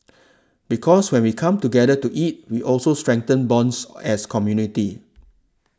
because when we come together to eat we also strengthen bonds as community